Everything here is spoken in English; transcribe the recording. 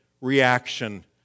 reaction